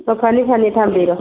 ꯑꯣ ꯐꯅꯤ ꯐꯅꯤ ꯊꯝꯕꯤꯔꯣ